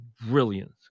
brilliant